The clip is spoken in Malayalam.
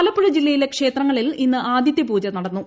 ആലപ്പുഴ ജില്ലയിലെ ക്ഷേത്രങ്ങളിൽ ഇന്ന് ആദിത്യപൂജ നടന്നു